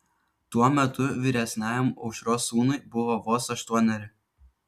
tuo metu vyresniajam aušros sūnui buvo vos aštuoneri